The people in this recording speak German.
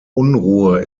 unruhe